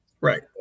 Right